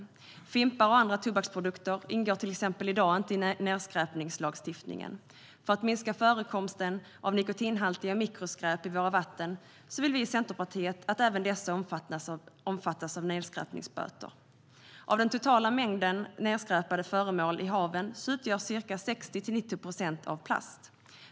Till exempel fimpar och andra tobaksprodukter ingår i dag inte i nedskräpningslagstiftningen. För att minska förekomsten av nikotinhaltiga mikroskräp i våra vatten vill vi i Centerpartiet att även dessa omfattas av nedskräpningsböter. Av den totala mängden nedskräpande föremål i haven utgörs ca 60-90 procent av plast.